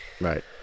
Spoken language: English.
right